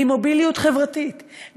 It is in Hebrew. ממוביליות חברתית,